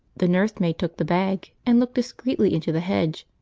the nursemaid took the bag and looked discreetly into the hedge,